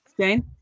Jane